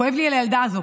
כואב לי על הילדה הזאת